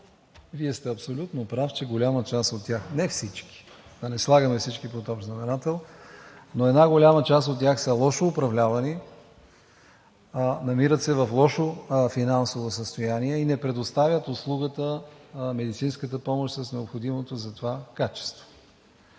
Вие сте абсолютно прав, че голяма част от тях, не всички – да не слагаме всички под общ знаменател, но една голяма част от тях са лошо управлявани, намират се в лошо финансово състояние и не предоставят услугата, медицинската помощ, с необходимото за това качество.